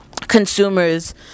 consumers